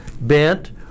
bent